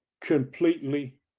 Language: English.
completely